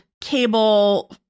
cable